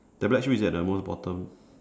the black shoe is it at the most bottom